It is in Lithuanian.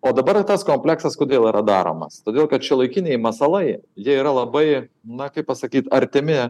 o dabar tas kompleksas kodėl yra daromas todėl kad šiuolaikiniai masalai jie yra labai na kaip pasakyt artimi